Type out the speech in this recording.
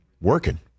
working